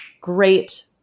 great